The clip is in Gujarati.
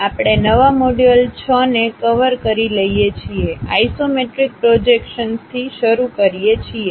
આપણે નવા મોડ્યુલ 6 ને કવર કરી લઈએ છીએ આઇસોમેટ્રિક પ્રોજેક્શન્સથી શરૂ કરીએ છીએ